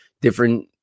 Different